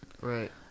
Right